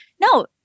no